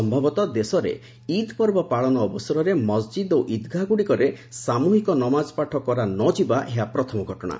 ସମ୍ଭବତଃ ଦେଶରେ ଇଦ୍ ପର୍ବ ପାଳନ ଅବସରରେ ମସ୍ଜିଦ୍ ଓ ଇଦ୍ଗାହଗୁଡ଼ିକରେ ସାମୃହିକ ନମାଜ ପାଠ କରା ନ ଯିବା ଏହା ପ୍ରଥମ ଘଟଣା